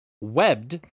Webbed